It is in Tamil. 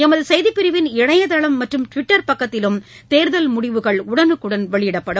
எமது செய்தி பிரிவின் இணையதளம் மற்றும் டிவிட்டர் பக்கத்திலும் தேர்தல் முடிவுகள் உடவுக்குடன் வெளியிடப்படும்